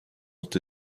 ont